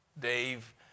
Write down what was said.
Dave